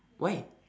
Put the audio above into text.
why